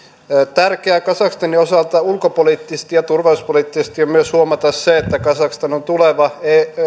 tärkeää kazakstanin osalta ulkopoliittisesti ja turvallisuuspoliittisesti on huomata myös se että kazakstan on tuleva